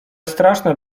straszne